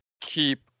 keep